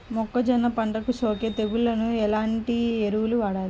మొక్కజొన్న పంటలకు సోకే తెగుళ్లకు ఎలాంటి ఎరువులు వాడాలి?